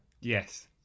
Yes